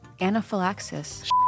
anaphylaxis